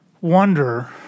wonder